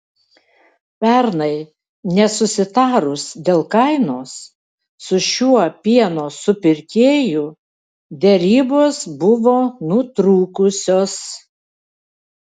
pernai nesusitarus dėl kainos su šiuo pieno supirkėju derybos buvo nutrūkusios